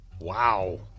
Wow